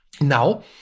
Now